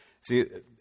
See